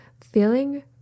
feeling